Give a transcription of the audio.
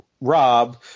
rob